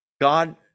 god